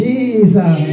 Jesus